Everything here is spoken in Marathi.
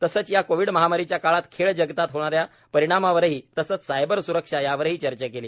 तसंच या कोविड महामारीच्या काळात खेळ जगतात होणाऱ्या परिणामावरही तसंच सायबर स्रक्षा यावरही चर्चा केली